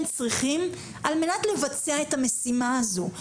צריכים על מנת לבצע את המשימה הזו,